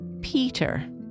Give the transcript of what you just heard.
Peter